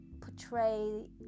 portray